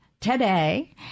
today